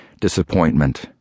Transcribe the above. disappointment